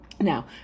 Now